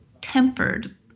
tempered